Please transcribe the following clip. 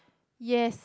yes